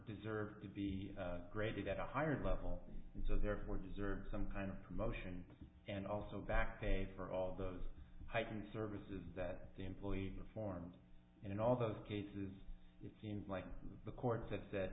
deserved to be graded at a higher level and so therefore deserves some kind of promotion and also back pay for all those heightened services that the employee performs and in all those cases it seems like the courts have said